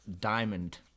diamond